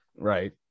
Right